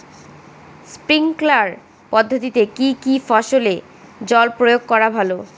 Sprinkler পদ্ধতিতে কি কী ফসলে জল প্রয়োগ করা ভালো?